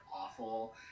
awful